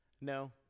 No